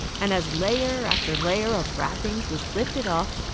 and as layer after layer of wrappings was lifted off,